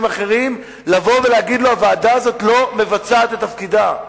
אחרים: הוועדה הזאת לא מבצעת את תפקידה.